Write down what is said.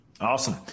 Awesome